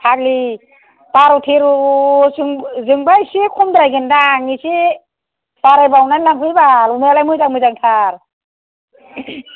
फाग्लि बार' थेर'जोंबा एसे खमद्रायगोनदां एसे बारायबावनानै लांफै बाल अमायालाय मोजां मोजांथार